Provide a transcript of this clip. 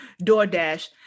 DoorDash